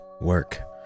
work